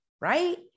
Right